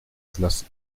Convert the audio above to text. islas